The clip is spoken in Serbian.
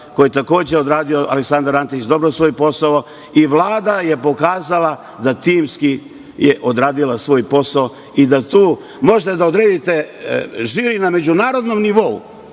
koji je takođe odradio, Aleksandar Antić, dobro svoj posao i Vlada je pokazala da je timski odradila svoj posao i da tu može da odredite, žiri na međunarodnom nivou